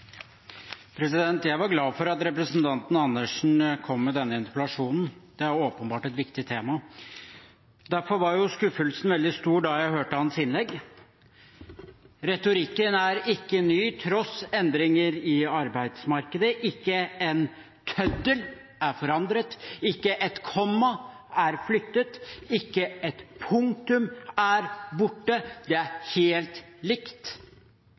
Jeg var glad for at representanten Dag Terje Andersen kom med denne interpellasjonen. Det er åpenbart et viktig tema. Derfor var skuffelsen veldig stor da jeg hørte hans innlegg. Retorikken er ikke ny, til tross for endringer i arbeidsmarkedet. Ikke en tøddel er forandret, ikke et komma er flyttet, ikke et punktum er borte – det er helt likt,